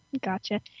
gotcha